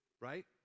right